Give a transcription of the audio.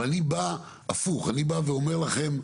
אבל, אני בא הפוך, אני בא ואומר לכם,